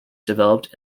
developed